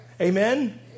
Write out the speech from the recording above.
Amen